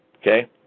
Okay